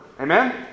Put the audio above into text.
Amen